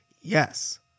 Yes